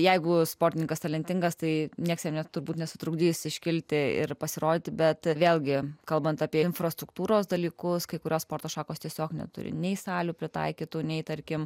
jeigu sportininkas talentingas tai niekas ir net turbūt nesutrukdys iškilti ir pasirodyti bet vėlgi kalbant apie infrastruktūros dalykus kai kurios sporto šakos tiesiog neturi nei salių pritaikytų nei tarkim